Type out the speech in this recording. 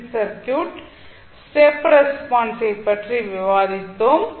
C circuit step ரெஸ்பான்ஸை பற்றி விவாதித்தோம்